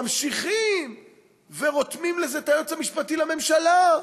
ממשיכים ורותמים לזה את היועץ המשפטי לממשלה,